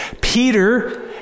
Peter